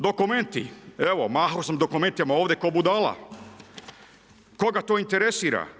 Dokumenti, evo mahao sam dokumentima, ovdje ko budala, koga to interesira?